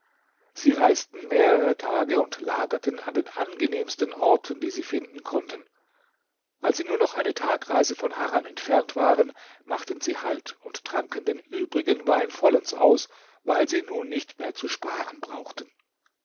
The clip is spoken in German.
sie reisten mehrere tage und lagerten an den angenehmsten orten die sie finden konnten als sie nur noch eine tagreise von harran entfernt waren machten sie halt und tranken den übrigen wein vollends aus weil sie nun nicht mehr zu sparen brauchten